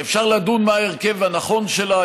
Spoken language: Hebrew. שאפשר לדון מה ההרכב הנכון שלה,